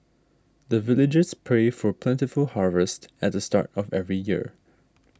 the villagers pray for plentiful harvest at the start of every year